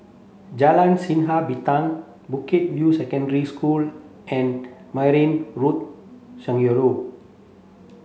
Jalan Sinar Bintang Bukit View Secondary School and Maghain